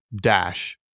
dash